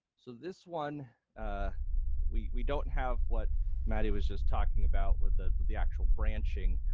so this one ah we we don't have what matti was just talking about with the the actual branching,